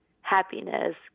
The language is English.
happiness